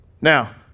Now